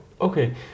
Okay